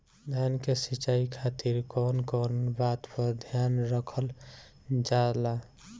धान के सिंचाई खातिर कवन कवन बात पर ध्यान रखल जा ला?